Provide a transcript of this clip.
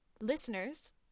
listeners